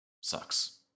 sucks